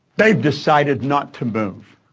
they've decided not to move.